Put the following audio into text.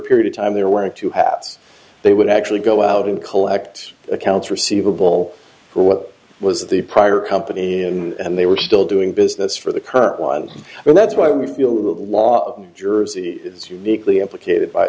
period of time there wearing two hats they would actually go out and collect accounts receivable for what was the prior company in and they were still doing business for the current one and that's why we feel that law jersey it's uniquely implicated by